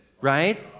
Right